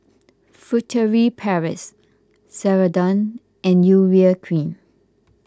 Furtere Paris Ceradan and Urea Cream